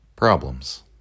Problems